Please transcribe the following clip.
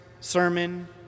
sermon